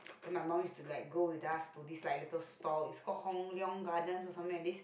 then my mum is like go with us to this like the stall is called Hong-Leong garden or something like this